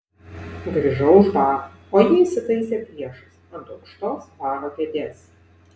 grįžau už baro o ji įsitaisė priešais ant aukštos baro kėdės